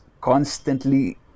constantly